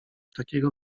takiego